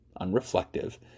unreflective